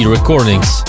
Recordings